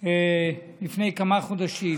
החליטה לפני כמה חודשים